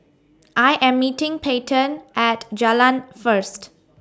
I Am meeting Peyton At Jalan First